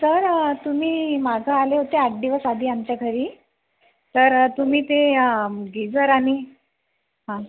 sir तुम्ही मागं आले होते आठ दिवस आधी आमच्या घरी तर तुम्ही ते गिजर आणि हां